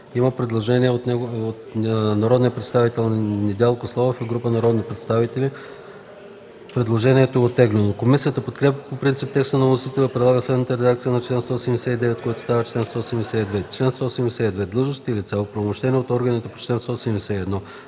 Има предложение от народния представител Недялко Славов и група народни представители. Предложението е оттеглено. Комисията подкрепя по принцип текста на вносителя и предлага следната редакция на чл. 179, който става чл. 172: „Чл. 172. Длъжностни лица, оправомощени от органите по чл.